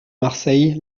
marseille